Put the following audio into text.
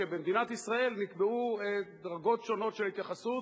במדינת ישראל נקבעו דרגות שונות של התייחסות